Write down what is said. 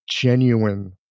genuine